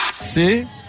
See